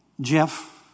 Jeff